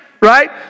right